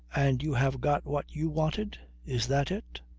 and you have got what you wanted? is that it?